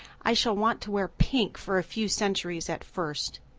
i shall want to wear pink for a few centuries at first.